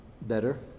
better